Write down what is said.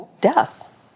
death